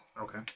Okay